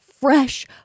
fresh